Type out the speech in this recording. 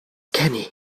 kenny